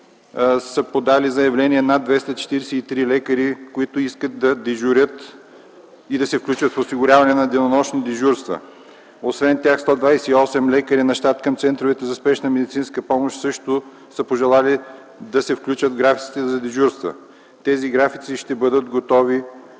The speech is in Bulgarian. са подали заявления над 243 лекари, които искат да дежурят и се включват в осигуряването на денонощни дежурства. Освен тях 128 лекари на щат към центровете за спешна медицинска помощ също са пожелали да се включат в графиците за дежурства. Графиците ще бъдат готови